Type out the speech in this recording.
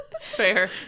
Fair